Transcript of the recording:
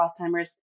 Alzheimer's